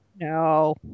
no